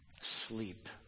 sleep